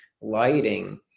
lighting